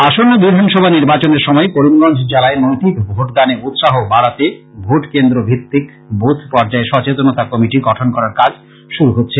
আসন্ন বিধানসভা নির্বাচনের সময় করিমগঞ্জ জেলায় নৈতিক ভোটদানে উৎসাহ বাড়াতে ভোটকেন্দ্র ভিত্তিক বুথ পর্যায়ে সচাতনতা কমিটি গঠন করার কাজ শুরু হচ্ছে